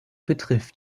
betrifft